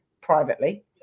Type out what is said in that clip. privately